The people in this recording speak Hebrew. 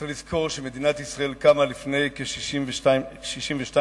צריך לזכור שמדינת ישראל קמה לפני כ-62 שנה,